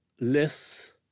less